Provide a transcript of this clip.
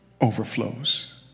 overflows